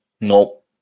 Nope